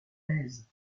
laize